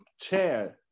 chair